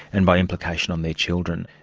and by implication on their children.